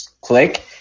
click